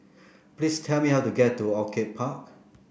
please tell me how to get to Orchid Park